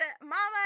mama